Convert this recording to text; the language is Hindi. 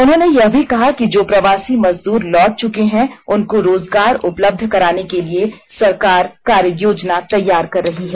उन्होंने यह भी कहा कि जो प्रवासी मजदूर लौट चुके हैं उनको रोजगार उपलब्ध कराने के लिए सरकार कार्ययोजना तैयार कर रही है